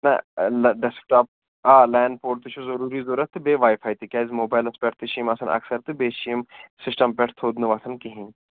نہَ نہَ desktop آ لین پورٹ تہِ چھُ ضروٗری ضروٗرت تہٕ بیٚیہِ واے فاے تہِ تِکیٛازِ موبایلَس پٮ۪ٹھ تہِ چھِ یِم آسان اَکثر تہٕ بیٚیہِ چھِ یِم سِسٹَم پٮ۪ٹھ تھوٚد نہٕ وۄتھان کِہیٖنٛۍ